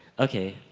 okay,